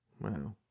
Wow